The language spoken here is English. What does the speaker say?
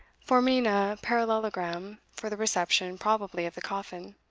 forming a parallelogram, for the reception, probably, of the coffin.